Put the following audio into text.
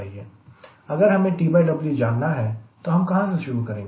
अगर हमें TW जानना है तो हम कहां से शुरू करेंगे